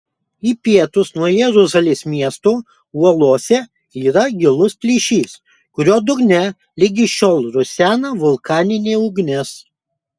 į pietus nuo jeruzalės miesto uolose yra gilus plyšys kurio dugne ligi šiol rusena vulkaninė ugnis